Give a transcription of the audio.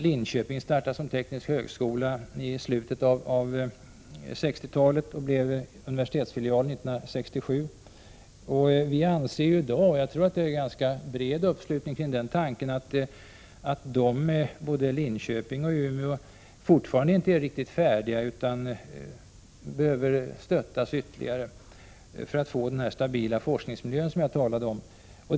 Linköpings universitet startades genom en sammanslagning av en teknisk forskningsenhet och en universitetsfilial år 1970. Jag tror att det i dag finns en ganska bred uppslutning kring tanken att både Linköping och Umeå fortfarande inte är riktigt färdiga, utan behöver stöttas ytterligare för att få den stabila forskningsmiljö jag har talat om.